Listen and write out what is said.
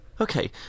Okay